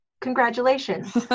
congratulations